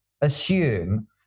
assume